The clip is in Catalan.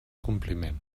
compliment